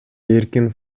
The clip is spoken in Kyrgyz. эркин